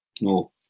No